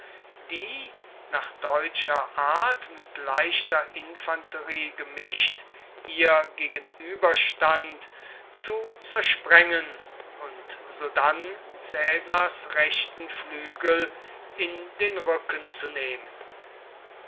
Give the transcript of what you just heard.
die nach deutscher art mit leichter infanterie gemischt ihr gegenüberstand zu zersprengen und sodann caesars rechten flügel in den rücken zu nehmen